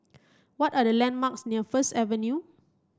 what are the landmarks near First Avenue